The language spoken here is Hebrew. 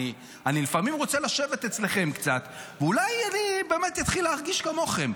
אני לפעמים רוצה לשבת אצלכם קצת ואולי אני באמת אתחיל להרגיש כמוכם,